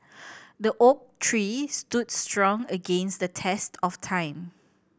the oak tree stood strong against the test of time